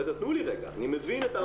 אני מבין.